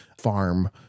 farm